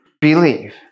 believe